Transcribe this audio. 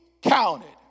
counted